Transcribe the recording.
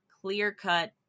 clear-cut